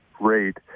rate